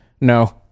No